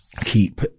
keep